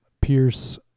Pierce